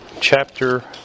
chapter